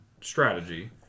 strategy